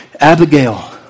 Abigail